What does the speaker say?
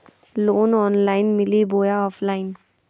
Loan online मिली बोया offline?